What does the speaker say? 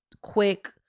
quick